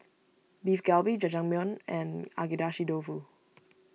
Beef Galbi Jajangmyeon and Agedashi Dofu